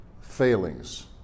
failings